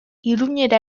iruñera